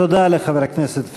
תודה לחבר הכנסת פייגלין.